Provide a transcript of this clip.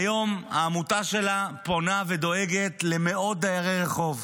היום העמותה שלה פונה ודואגת למאות דיירי רחוב.